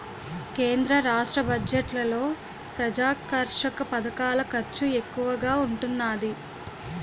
కేంద్ర రాష్ట్ర బడ్జెట్లలో ప్రజాకర్షక పధకాల ఖర్చు ఎక్కువగా ఉంటున్నాది